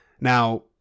Now